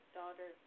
daughter